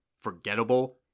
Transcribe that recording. forgettable